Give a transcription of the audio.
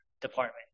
department